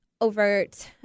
overt